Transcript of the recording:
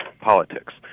politics